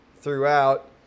throughout